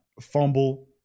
fumble